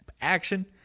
Action